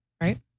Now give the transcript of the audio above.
Right